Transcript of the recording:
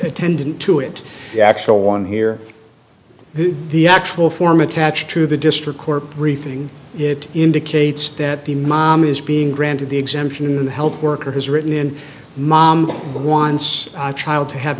attendant to it the actual one here the actual form attached to the district court briefing it indicates that the mom is being granted the exemption health worker has written in mom wants our child to have